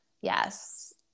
Yes